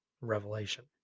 revelation